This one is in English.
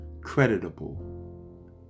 creditable